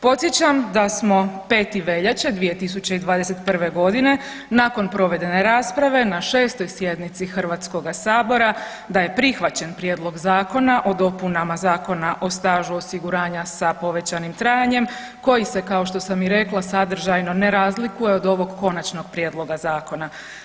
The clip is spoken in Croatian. Podsjećam da smo 5. veljače 2021.g. nakon provedene rasprave na 6. sjednici HS-a da je prihvaćen Prijedlog Zakona o dopunama Zakona o stažu osiguranja s povećanim trajanjima koji sam kao što sam i rekla sadržajno ne razlikuje od ovog konačnog prijedloga zakona.